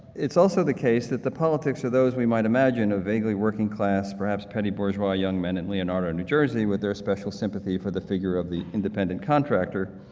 it's also the case that the politics of those we might imagine a vaguely working-class, perhaps petty-bourgeois, young men in leonardo, new jersey, with their special sympathy for the figure of the independent contractor,